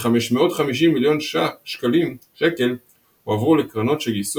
כ־550 מיליון שקל הועברו לקרנות שגייסו